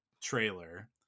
trailer